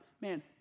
man